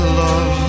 love